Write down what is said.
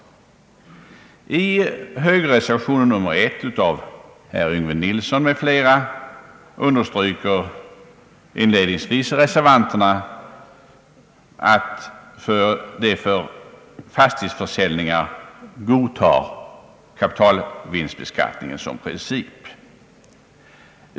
I högerreservationen, nr 1, av herr Yngve Nilsson m.fl., understryks inledningsvis att reservanterna för fastighetsförsäljningar = godtar = kapitalvinstbeskattningen som princip.